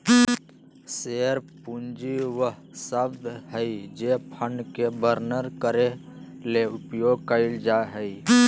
share पूंजी वह शब्द हइ जे फंड के वर्णन करे ले उपयोग कइल जा हइ